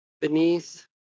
beneath